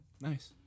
Nice